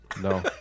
No